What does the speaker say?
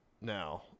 now